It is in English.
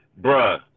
bruh